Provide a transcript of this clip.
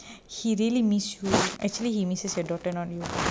he really miss you actually he misses your daughter not you